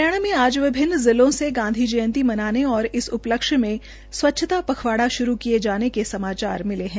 हरियाणा में आज विभिन्न जिलो से गांधी जयंती मनाने और इस उपलक्ष्य में स्वच्छता पखवाड़ा श्रू किये जाने के समाचार मिले है